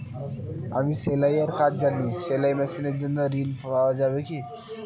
আমি সেলাই এর কাজ জানি সেলাই মেশিনের জন্য ঋণ পাওয়া যাবে কি?